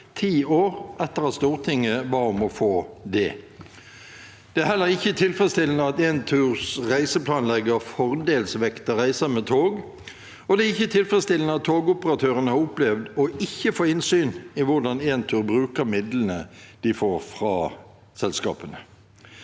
ti år etter at Stortinget ba om å få det. Det er heller ikke tilfredsstillende at Enturs reiseplanlegger fordelsvekter reiser med tog, og det er ikke tilfredsstillende at togoperatørene har opplevd ikke å få innsyn i hvordan Entur bruker midlene de får fra selskapene.